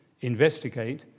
investigate